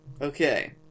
Okay